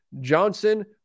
Johnson